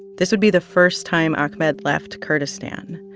this would be the first time ahmed left kurdistan.